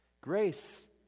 Grace